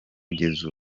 kugeza